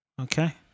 Okay